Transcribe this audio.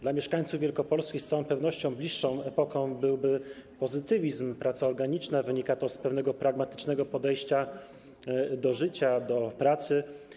Dla mieszkańców Wielkopolski z całą pewnością bliższą epoką byłby pozytywizm i idea pracy organicznej, co wynika z pewnego pragmatycznego podejścia do życia, do pracy.